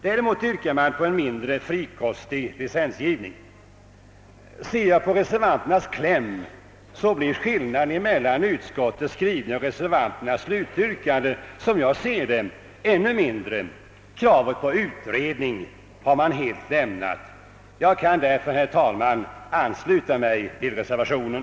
Däremot yrkar reservanterna på en mindre frikostig licensgivning. Ser jag på reservanternas kläm tycks skillnaden mellan utskottets skrivning och reservationens slutyrkande vara ännu mindre. Kravet på utredning har reservanterna helt lämnat. Jag kan därför, herr talman, ansluta mig till reservationen.